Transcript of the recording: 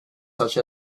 such